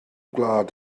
gwlad